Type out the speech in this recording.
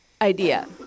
idea